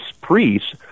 priests